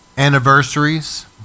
anniversaries